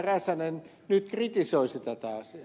räsänen nyt kritisoisi tätä asiaa